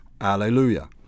Alleluia